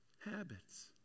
habits